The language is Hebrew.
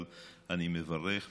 אבל אני מברך,